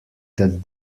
that